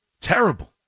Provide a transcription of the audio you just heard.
Terrible